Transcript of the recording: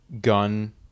gun